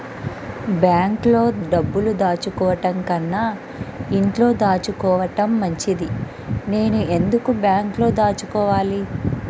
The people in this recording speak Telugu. బ్యాంక్లో డబ్బులు దాచుకోవటంకన్నా ఇంట్లో దాచుకోవటం మంచిది నేను ఎందుకు బ్యాంక్లో దాచుకోవాలి?